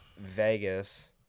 Vegas